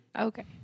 Okay